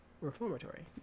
reformatory